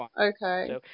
Okay